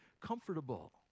comfortable